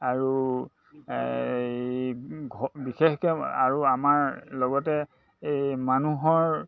আৰু বিশেষকৈ আৰু আমাৰ লগতে এই মানুহৰ